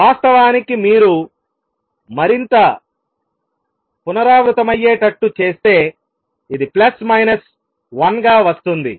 వాస్తవానికి మీరు మరింత పునరావృతమయ్యేటట్టు చేస్తే ఇది ప్లస్ మైనస్ 1 గా వస్తుంది